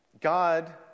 God